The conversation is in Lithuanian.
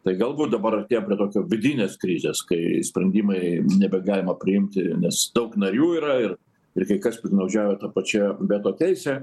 tai galbūt dabar artėjam prie tokio vidinės krizės kai sprendimai nebegalima priimti nes daug narių yra ir ir kai kas piktnaudžiauja ta pačia veto teise